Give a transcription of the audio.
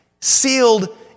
Sealed